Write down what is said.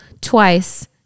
twice